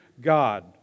God